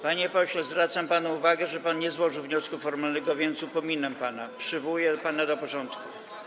Panie pośle, zwracam panu uwagę, że pan nie złożył wniosku formalnego, więc upominam pana, przywołuję pana do porządku.